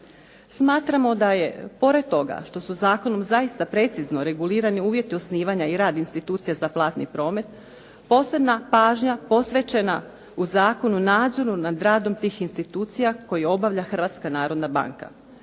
Smatramo da je pored toga što su zakonom zaista precizno regulirani uvjeti osnivanja i rad institucija za platni promet posebna pažnja posvećena u Zakonu o nadzoru nad radom tih institucija koji obavlja Hrvatska narodna banka.